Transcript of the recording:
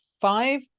five